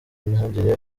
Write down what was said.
ntihagire